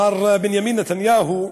מר בנימין נתניהו,